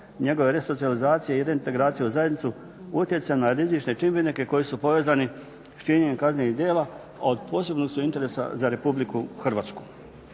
njegove resocijalizacije i reintegracije u zajednicu utječe na rizične čimbenike koji su povezani s činjenjem kaznenih djela, a od posebnog su interesa za Republiku Hrvatsku.